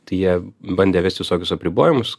tai jie bandė vest visokius apribojimus